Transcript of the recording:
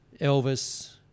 Elvis